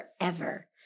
forever